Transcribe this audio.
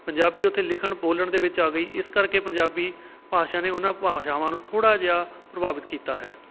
ਪੰਜਾਬੀ ਉੱਥੇ ਲਿਖਣ ਬੋਲਣ ਦੇ ਵਿੱਚ ਆ ਗਈ ਇਸ ਕਰਕੇ ਪੰਜਾਬੀ ਭਾਸ਼ਾ ਨੇ ਉਹਨਾਂ ਭਾਸ਼ਾਵਾਂ ਨੂੰ ਥੋੜ੍ਹਾ ਜਿਹਾ ਪ੍ਰਭਾਵਿਤ ਕੀਤਾ ਹੈ